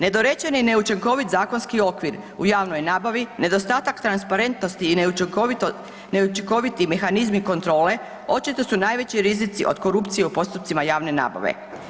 Nedorečen i neučinkovit zakonski okvir u javnoj nabavi, nedostatak transparentnosti i neučinkoviti mehanizmi kontrole očito su najveći rizici od korupcije u postupcima javne nabave.